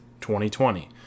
2020